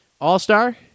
All-star